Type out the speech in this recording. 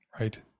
right